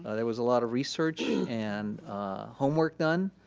there was a lot of research and homework done